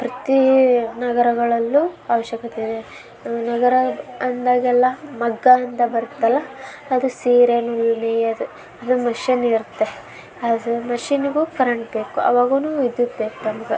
ಪ್ರತೀ ನಗರಗಳಲ್ಲೂ ಆವಶ್ಯಕತೆ ಇದೆ ನಗರ ಅಂದಾಗೆಲ್ಲ ಮಗ್ಗ ಅಂತ ಬರುತ್ತಲ್ಲ ಅದು ಸೀರೆನು ನೇಯೋದು ಅದು ಮಷೆನ್ ಇರುತ್ತೆ ಅದು ಮಷಿನಿಗೂ ಕರೆಂಟ್ ಬೇಕು ಅವಾಗೂನೂ ವಿದ್ಯುತ್ ಬೇಕು ನಮ್ಗೆ